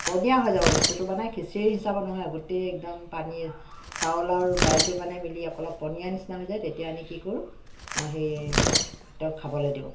পনীয়া হৈ যাব বস্তুটো মানে খিচিৰি হিচাপত নহয় গোটেই একদম পানী চাউল আৰু দাইলটো মানে মিলি এক অলপ পনীয়া নিচিনা হৈ যায় তেতিয়া আমি কি কৰোঁ মই হেৰি তেওঁক খাবলৈ দিওঁ